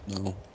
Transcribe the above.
No